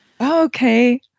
Okay